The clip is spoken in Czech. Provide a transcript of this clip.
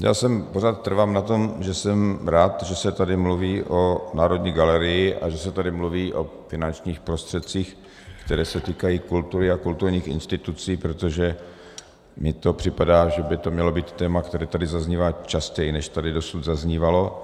Já pořád trvám na tom, že jsem rád, že se tady mluví o Národní galerii a že se tady mluví o finančních prostředcích, které se týkají kultury a kulturních institucí, protože mi připadá, že by to mělo být téma, které tady zaznívá častěji, než tady dosud zaznívalo.